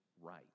right